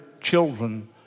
children